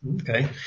Okay